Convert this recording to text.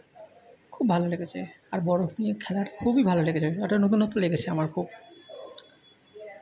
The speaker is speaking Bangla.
খুব ভালো লেগেছে আর বরফ নিয়ে খেলাটা খুবই ভালো লেগেছে একটা নতুনত্ব লেগেছে আমার খুব